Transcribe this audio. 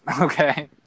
Okay